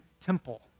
temple